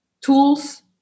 tools